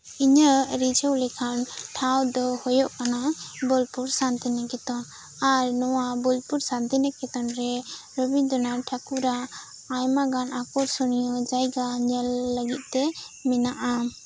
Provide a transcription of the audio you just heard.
ᱤᱧᱟᱹᱜ ᱨᱤᱡᱷᱟᱹᱣ ᱞᱮᱠᱟᱱ ᱴᱷᱟᱶ ᱫᱚ ᱦᱩᱭᱩᱜ ᱠᱟᱱᱟ ᱵᱳᱞᱯᱩᱨ ᱥᱟᱱᱛᱤᱱᱤᱠᱮᱛᱚᱱ ᱟᱨ ᱱᱚᱶᱟ ᱵᱳᱞᱯᱩᱨ ᱥᱟᱱᱛᱤᱱᱤᱠᱮᱛᱚᱱ ᱨᱮ ᱨᱚᱵᱤᱱᱫᱨᱚᱱᱟᱛᱷ ᱴᱷᱟᱠᱩᱨᱟᱜ ᱟᱭᱢᱟ ᱜᱟᱱ ᱟᱠᱚᱨᱥᱚᱱᱤᱭᱚ ᱡᱟᱭᱜᱟ ᱧᱮᱞ ᱞᱟᱹᱜᱤᱫ ᱛᱮ ᱢᱮᱱᱟᱜᱼᱟ